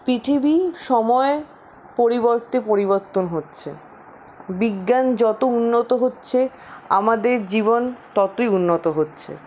পৃথিবীর সময় পরিবর্তে পরিবর্তন হচ্ছে বিজ্ঞান যত উন্নত হচ্ছে আমাদের জীবন ততোই উন্নত হচ্ছে